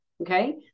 okay